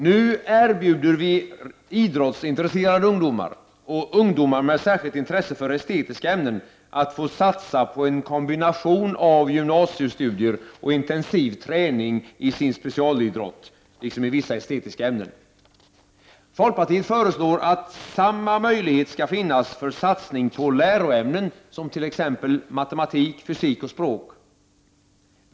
Nu erbjuder vi idrottsintresserade ungdomar och ungdomar med särskilt intresse för estetiska ämnen att få satsa på en kombination av gymnasiestudier och intensiv träning i sin specialidrott resp. vissa estetiska ämnen. Folkpartiet föreslår att samma möjlighet skall finnas för satsning på läroämnen som t.ex. matematik, fysik och språk.